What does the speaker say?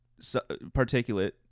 Particulate